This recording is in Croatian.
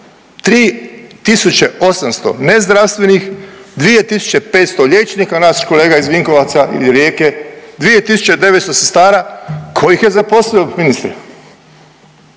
3.800 nezdravstvenih, 2.500 liječnika, naš kolega iz Vinkovaca ili Rijeke 2.900 sestara ko ih je zaposlio ministre,